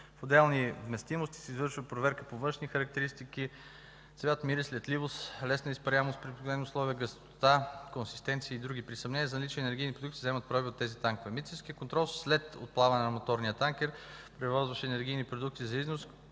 На отделни вместимости се извършва проверка по външни характеристики – цвят, мирис, летливост, лесна изпаряемост при обикновени условия, гъстота, консистенция и други. При съмнение за наличие на енергийни продукти се вземат проби от тези танкове. Митническият контрол след отплаване на моторния танкер, превозващ енергийни продукти за износ,